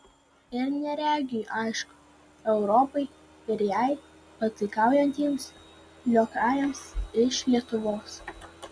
ir neregiui aišku europai ir jai pataikaujantiems liokajams iš lietuvos